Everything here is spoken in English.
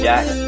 Jack